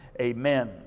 amen